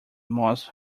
moss